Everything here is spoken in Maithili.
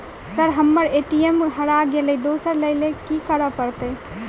सर हम्मर ए.टी.एम हरा गइलए दोसर लईलैल की करऽ परतै?